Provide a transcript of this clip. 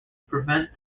prevent